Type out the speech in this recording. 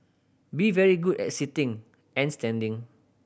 be very good and sitting and standing